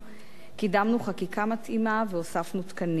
קידמנו חקיקה מתאימה והוספנו תקנים.